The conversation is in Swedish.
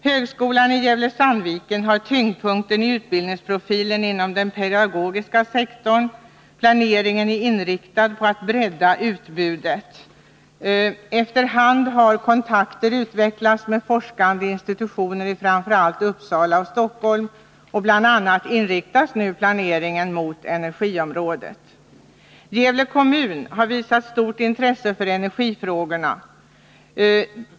Högskolan i Gävle-Sandviken har tyngdpunkten i utbildningsprofilen inom den pedagogiska sektorn. Planeringen är inriktad på att bredda utbudet. Efter hand har kontakter utvecklats med forskande institutioner i framför allt Uppsala och Stockholm. Planeringen inriktas nu mot bl.a. energiområdet. Gävle kommun har visat stort intresse för energifrågorna.